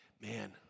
Man